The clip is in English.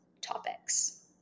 topics